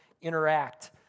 interact